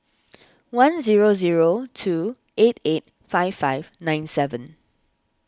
one zero zero two eight eight five five nine seven